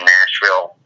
Nashville